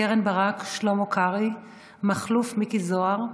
קרן ברק, שלמה קרעי, מכלוף מיקי זוהר,